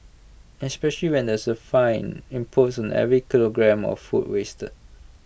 especially when there's A fine imposed on every kilogramme of food wasted